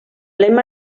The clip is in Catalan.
lema